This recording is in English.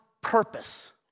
purpose